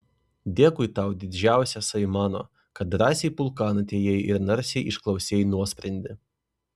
dėkui tau didžiausiasai mano kad drąsiai pulkan atėjai ir narsiai išklausei nuosprendį